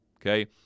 Okay